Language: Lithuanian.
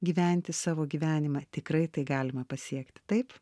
gyventi savo gyvenimą tikrai tai galima pasiekti taip